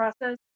process